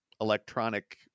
electronic